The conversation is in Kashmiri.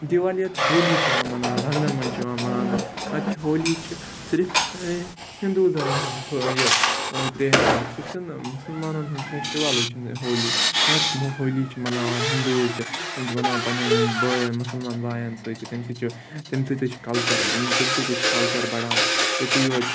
دیٖوالی یَتھ ہولی چھِ یِوان مناونہٕ رنٛگَن منٛز چھِ یِوان مَناونہٕ نہ تہٕ چھِ ہولی چھِ صرف ہِندوٗزَن ہُنٛد یہِ تہوار سُہ چھِنہٕ مُسلمانَن ہُنٛد پھٮ۪شٹِوَلٕے چھِنہٕ ہولی مگر یِمہٕ ہولی چھِ مَناوان ہِندوٗز تہِ تِم چھِ مناوان پنٛںٮ۪ن بایَن مُسلمان بایَن سۭتۍ تہِ تمہِ سۭتۍ چھِ تمہِ سۭتۍ تہِ چھِ کَلچَر تمہِ سۭتۍ حظ چھِ کَلچَر بَڑان تِتُے یوت